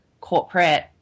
corporate